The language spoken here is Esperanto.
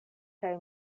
kaj